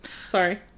Sorry